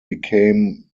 became